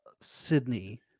Sydney